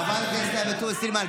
חברת הכנסת עאידה תומא סלימאן,